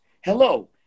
Hello